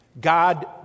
God